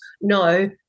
no